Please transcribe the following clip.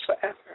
forever